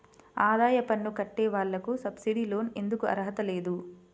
ఆదాయ పన్ను కట్టే వాళ్లకు సబ్సిడీ లోన్ ఎందుకు అర్హత లేదు?